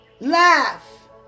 Laugh